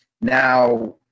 Now